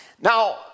Now